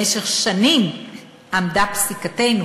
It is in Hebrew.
משך שנים עמדה פסיקתנו"